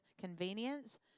convenience